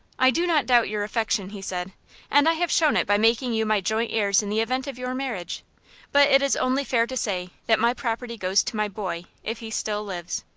i do not doubt your affection, he said and i have shown it by making you my joint heirs in the event of your marriage but it is only fair to say that my property goes to my boy, if he still lives.